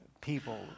people